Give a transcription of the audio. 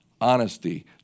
honesty